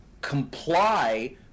comply